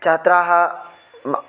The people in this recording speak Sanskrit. छात्राः